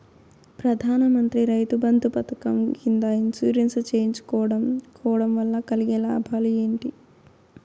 ప్రధాన మంత్రి రైతు బంధు పథకం కింద ఇన్సూరెన్సు చేయించుకోవడం కోవడం వల్ల కలిగే లాభాలు ఏంటి?